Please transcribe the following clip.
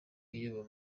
iyo